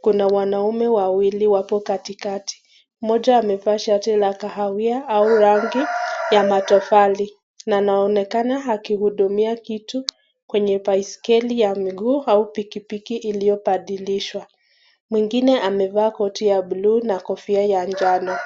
Kuna wanaume wawili wapo katikati, mmoja amefaa shati la tahawia au rangi ya matofali na anaonekana akihudumia kitu kwenye baiskeli ya miguu au pikipiki iliyopadilishwa, mwingine amefaa koti ya buluu na kofia ya njano